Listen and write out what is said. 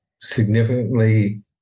significantly